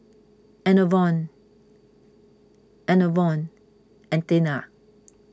Enervon Enervon and Tena